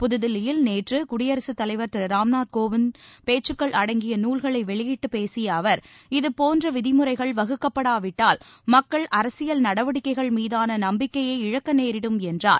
புதுதில்லியில் நேற்றுகுடியரசுதலைவர் திருராம்நாத் கோவிந்தின் அடங்கிய நூல்களைவெளியிட்டுப் பேசியஅவர் இதுபோன்றவிதிமுறைகள் வகுக்கப்படாவிட்டால் மக்கள் அரசியல் நடவடிக்கைகள் மீதானநம்பிக்கையை இழக்கநேரிடும் என்றார்